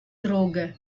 droge